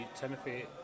Timothy